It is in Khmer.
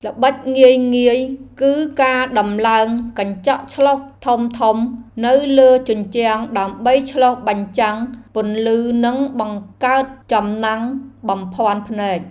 ល្បិចងាយៗគឺការដំឡើងកញ្ចក់ឆ្លុះធំៗនៅលើជញ្ជាំងដើម្បីឆ្លុះបញ្ចាំងពន្លឺនិងបង្កើតចំណាំងបំភាន់ភ្នែក។